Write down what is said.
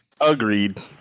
Agreed